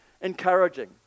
encouraging